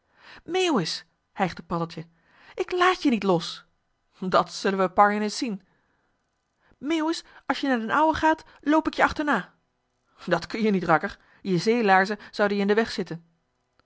meeuwis hijgde paddeltje ik lààt je niet los dat zullen we parjen eens zien meeuwis als je naar d'n ouwe gaat loop ik je achterna joh h been paddeltje de scheepsjongen van michiel de ruijter dat kun-je niet rakker je zeelaarzen zouden je in den weg zitten